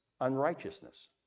Unrighteousness